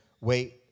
wait